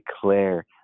declare